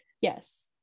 Yes